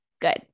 good